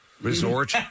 Resort